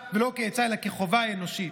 כעצה, ולא כעצה, אלא כחובה אנושית.